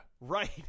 Right